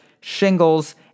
shingles